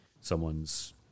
someone's